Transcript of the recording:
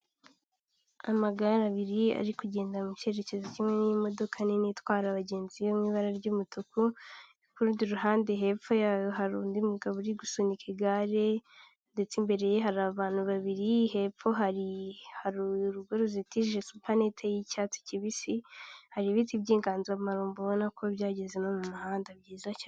Amagare abiri ari kugenda mu cyerekezo kimwe n'imodoka nini itwara abagenzi yo mu ibara ry'umutuku ku rundi ruhande hepfo yayo hari undi mugabo uri gusunika igare ndetse imbere ye hari abantu babiri hepfo hari hari urugo ruzitije supaninete y'icyatsi kibisi hari ibiti by'inganzamarumbo ubona ko byageze no mu muhanda byiza cyane.